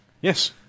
Yes